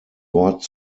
wort